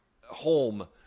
home